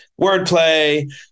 wordplay